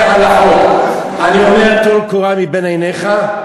אני אומר: טול קורה מבין עיניך,